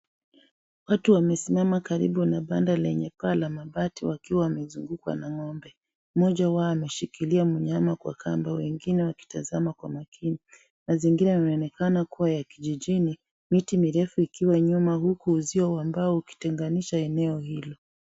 Watu wamesimama karibu na banda lenye paa la mabati wakiwa wamezungukwa na ng'ombe. Mmoja wao ameshikilia mnyama kwa kamba wengina wakitazama kwa makini. Mazingira yanaonekana kuwa ya kijijini, miti mirefu ikiwa nyuma huku uzio wa mbao ukitenganisha eneo hilo.